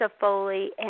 Foley